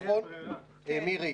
נכון, מירי?